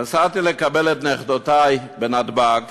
נסעתי לקבל את נכדותי בנתב"ג.